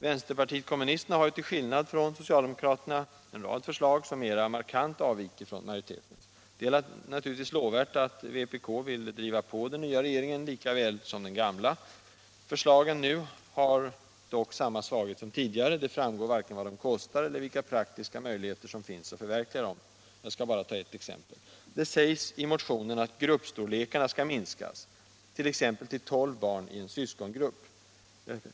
Vänsterpartiet kommunisterna har till skillnad från socialdemokraterna en rad förslag som mera markant avviker från majoritetens. Det är naturligtvis lovvärt att vpk vill driva på den nya regeringen likaväl som den gamla. Förslagen nu har dock samma svaghet som tidigare. Det framgår varken vad de kostar eller vilka praktiska möjligheter som finns att förverkliga dem. Jag skall bara ta ett exempel. Det sägs i motionen att gruppstorlekarna skall minskas, t.ex. till 12 barn i en syskongrupp.